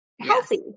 healthy